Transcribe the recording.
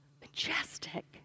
majestic